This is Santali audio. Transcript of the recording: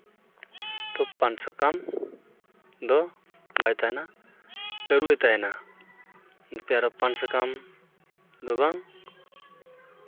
ᱛᱚ ᱯᱟᱱ ᱥᱟᱠᱟᱢ ᱫᱚ ᱵᱟᱭ ᱛᱟᱦᱮᱱᱟ ᱛᱟᱹᱨᱩᱵᱼᱮ ᱛᱟᱦᱮᱱᱟ ᱯᱟᱱ ᱥᱟᱠᱟᱢ ᱫᱚ ᱵᱟᱝ